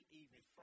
evening